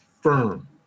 firm